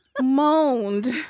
moaned